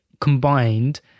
combined